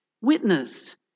Witness